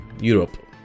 Europe